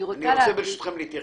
אני רוצה, ברשותכם, להתייחס.